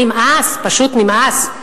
נמאס, פשוט נמאס.